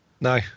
No